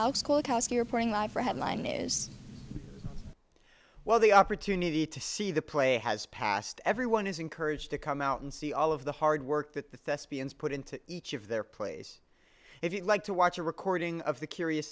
for headline news well the opportunity to see the play has passed everyone is encouraged to come out and see all of the hard work that the thespians put into each of their place if you like to watch a recording of the curious